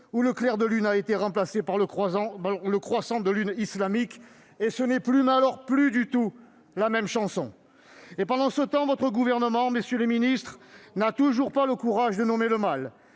où le clair de lune a été remplacé par le croissant de lune islamique. Et ce n'est plus du tout la même chanson ... Pendant ce temps, votre gouvernement, messieurs les ministres, n'a toujours pas le courage de nommer le mal.